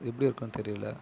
எப்படி இருக்குதுன்னு தெரியிலை